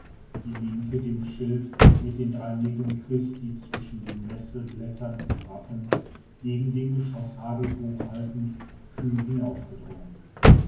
die linke den schild mit den drei nägeln christi zwischen den nesselblättern im wappen gegen den geschoßhagel hochhaltend kühn